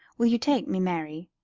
will you take me, mary?